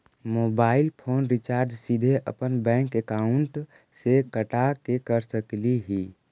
Mobile phone recharge सीधे अपन bank account से कटा के कर सकली ही?